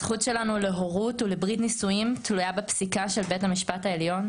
הזכות שלנו להורות ולברית נישואין תלויה בפסיקה של בית המשפט העליון.